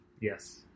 Yes